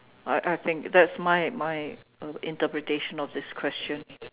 I I think that's my my uh interpretation of this question